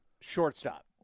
Shortstop